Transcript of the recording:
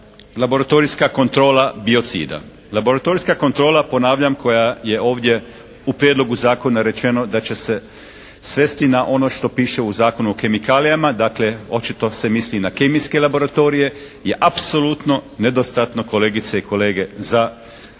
laboratorijska kontrola biocida. Laboratorijska kontrola ponavljam koja je ovdje u prijedloga zakona rečeno da će se svesti na ono što piše u Zakonu o kemikalijama dakle očito se misli na kemijske laboratorije je apsolutno nedostatno kolegice i kolege za reguliranje